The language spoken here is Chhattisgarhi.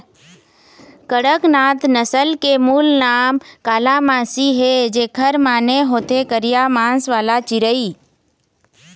कड़कनाथ नसल के मूल नांव कालामासी हे, जेखर माने होथे करिया मांस वाला चिरई